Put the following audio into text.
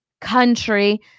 country